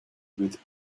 with